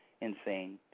Insane